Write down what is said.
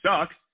sucks